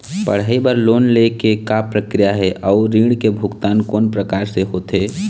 पढ़ई बर लोन ले के का प्रक्रिया हे, अउ ऋण के भुगतान कोन प्रकार से होथे?